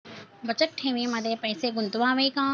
बचत ठेवीमध्ये पैसे गुंतवावे का?